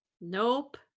nope